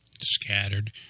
scattered